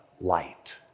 light